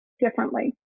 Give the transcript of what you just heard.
differently